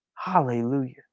Hallelujah